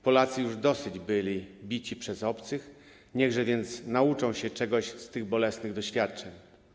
Polacy już dosyć byli bici przez obcych, niechże więc nauczą się czegoś z tych bolesnych doświadczeń.